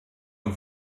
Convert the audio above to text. und